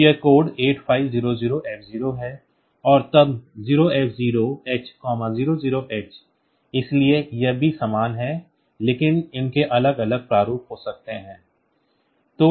तो यह code 8500F0 है तब MOV 0f0h 00h इसलिए यह भी समान है लेकिन उनके अलग अलग प्रारूप हो सकते हैं